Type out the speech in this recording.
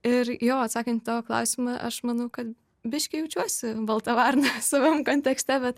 ir jo atsakant į tavo klausimą aš manau kad biškį jaučiuosi balta varna savam kontekste bet